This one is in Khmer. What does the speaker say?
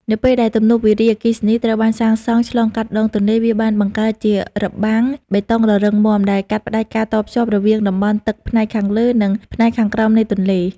នៅពេលដែលទំនប់វារីអគ្គិសនីត្រូវបានសាងសង់ឆ្លងកាត់ដងទន្លេ វាបានបង្កើតជា របាំងបេតុងដ៏រឹងមាំ ដែលកាត់ផ្តាច់ការតភ្ជាប់រវាងតំបន់ទឹកផ្នែកខាងលើ និងផ្នែកខាងក្រោមនៃទន្លេ។